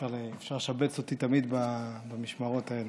אפשר לשבץ אותי תמיד במשמרות האלה.